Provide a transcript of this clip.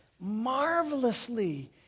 marvelously